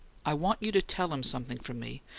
i want you to tell him something from me,